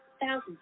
thousands